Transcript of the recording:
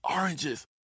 oranges